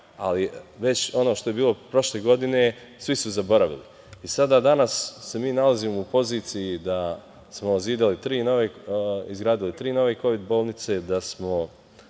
ali već ono što je bilo prošle godine svi su zaboravili, a danas se mi nalazimo u poziciji da smo izgradili tri nove kovid bolnice, da imamo